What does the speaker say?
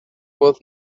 both